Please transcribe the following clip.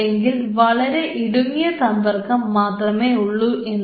അല്ലെങ്കിൽ വളരെ ഇടുങ്ങിയ സംബർക്കം മാത്രമേയുള്ളൂ എന്ന്